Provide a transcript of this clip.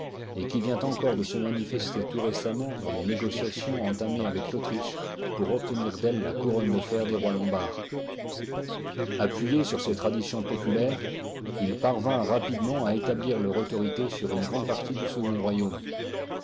et qui vient encore de se manifester tout récemment dans les négociations entamées avec l'autriche pour obtenir d'elle la couronne de fer des rois lombards appuyés sur ces traditions populaires ils parvinrent rapidement à établir leur autorité sur une grande partie du second royaume